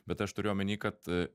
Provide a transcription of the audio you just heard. bet aš turiu omeny kad